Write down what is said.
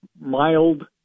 mild